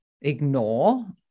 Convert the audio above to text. ignore